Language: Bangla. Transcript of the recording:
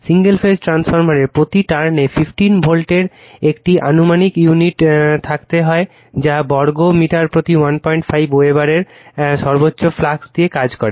সিঙ্গেল ফেজ ট্রান্সফরমারে প্রতি টার্নে 15 ভোল্টের একটি আনুমানিক ইউনিট থাকতে হয় যা বর্গ মিটার প্রতি 14 ওয়েবারের সর্বোচ্চ ফ্লাক্স দিয়ে কাজ করে